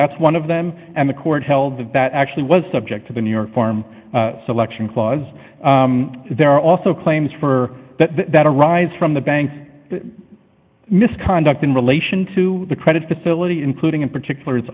that's one of them and the court held that that actually was subject to the new york selection clause there are also claims that arise from the bank misconduct in relation to the credit facility including in particular it